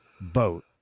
boat